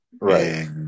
Right